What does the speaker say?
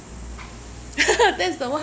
that's the one